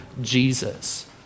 Jesus